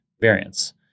variants